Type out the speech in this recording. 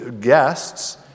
guests